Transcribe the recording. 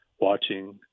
watching –